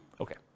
Okay